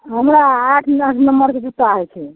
हमरा आठ न नम्बरके जुत्ता होइ छै